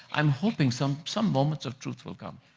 i'm hoping some some moments of truth will come.